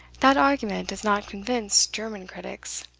that argument does not convince german critics.